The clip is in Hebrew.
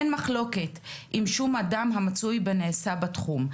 אין מחלוקת אם שום אדם המצוי בנעשה בתחום,